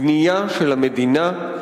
בנייה של המדינה,